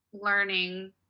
learning